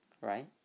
right